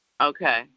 Okay